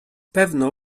pewno